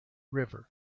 river